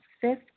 fifth